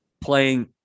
playing